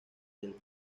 del